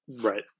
Right